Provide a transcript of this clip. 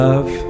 Love